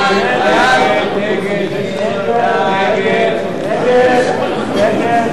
מי נמנע?